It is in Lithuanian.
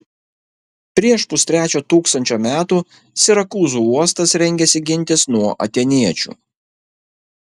prieš pustrečio tūkstančio metų sirakūzų uostas rengėsi gintis nuo atėniečių